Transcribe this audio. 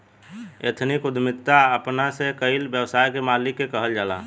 ethnic उद्यमिता अपना से कईल व्यवसाय के मालिक के कहल जाला